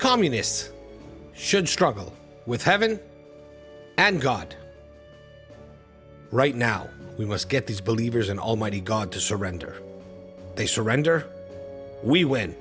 communists should struggle with having and god right now we must get these believers an almighty god to surrender they surrender we w